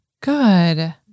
good